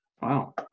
Wow